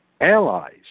allies